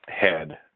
head